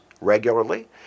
regularly